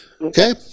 Okay